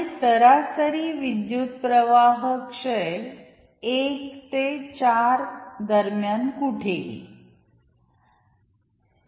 आणि सरासरी विद्युत्प्रवाह क्षय 1 ते 4 दरम्यान कुठेही आहे